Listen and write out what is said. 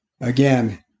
Again